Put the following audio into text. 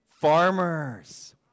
Farmers